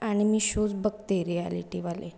आणि मी शोज बघते रियालिटीवाले